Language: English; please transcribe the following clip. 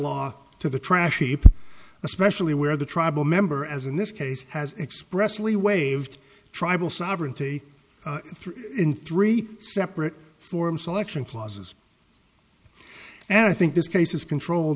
law to the trash heap especially where the tribal member as in this case has expressly waived tribal sovereignty in three separate form selection clauses and i think this case is controlled